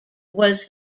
was